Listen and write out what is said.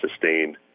sustained